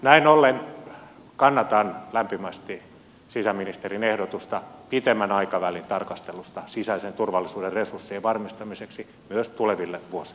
näin ollen kannatan lämpimästi sisäministerin ehdotusta pitemmän aikavälin tarkastelusta sisäisen turvallisuuden resurssien varmistamiseksi myös tuleville vuosille